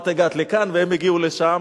את הגעת לכאן והם הגיעו לשם.